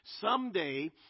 Someday